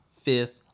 fifth